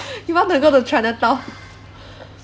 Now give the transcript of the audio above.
you want to go to chinatown